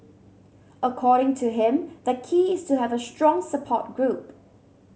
according to him the key is to have a strong support group